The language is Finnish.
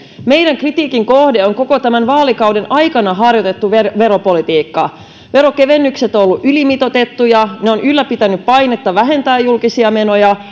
meidän kritiikkimme kohde on koko tämän vaalikauden aikana harjoitettu veropolitiikka veronkevennykset ovat olleet ylimitoitettuja ne ovat ylläpitäneet painetta vähentää julkisia menoja